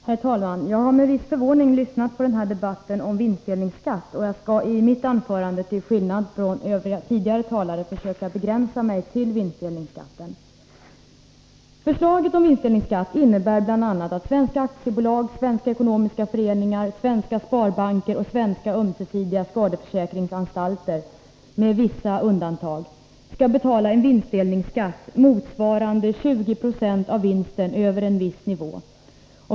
Herr talman! Jag har med viss förvåning lyssnat på den här debatten om vinstdelningsskatt. Jag skall i mitt anförande till skillnad från tidigare talare försöka begränsa mig till vinstdelningsskatten. Förslaget om vinstdelningsskatt innebär bl.a. att svenska aktiebolag, svenska ekonomiska föreningar, svenska sparbanker och svenska ömsesidiga skadeförsäkringsanstalter — med vissa undantag — skall betala en vinstdelningsskatt motsvarande 20 96 av vinsten över en viss nivå.